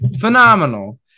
phenomenal